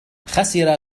خسر